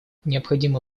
необходимо